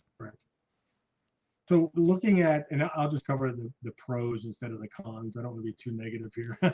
right so looking at and i'll just cover the the pros instead of the cons. i don't to be too negative here